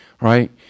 right